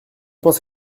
pensée